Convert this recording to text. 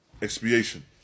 expiation